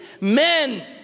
men